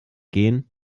gehen